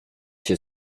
się